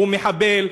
הוא מחבל,